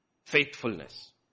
Faithfulness